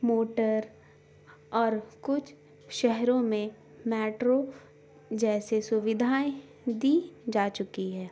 motor اور کچھ شہروں میں میٹرو جیسے سویدھائیں دی جا چکی ہے